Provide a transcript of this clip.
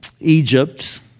Egypt